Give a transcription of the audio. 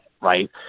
Right